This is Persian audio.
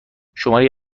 شماری